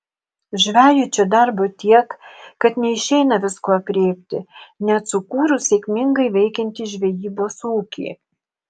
žvejui čia darbo tiek kad neišeina visko aprėpti net sukūrus sėkmingai veikiantį žvejybos ūkį